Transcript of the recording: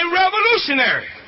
revolutionary